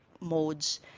modes